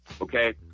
okay